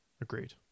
agreed